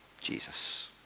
Jesus